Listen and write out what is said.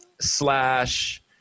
Slash